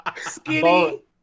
Skinny